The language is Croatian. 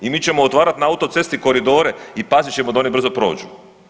I mi ćemo otvarati na autocesti koridore i pazit ćemo da oni brzo prođu.